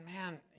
man